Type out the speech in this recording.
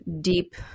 deep